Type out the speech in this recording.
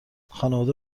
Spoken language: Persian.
خانواده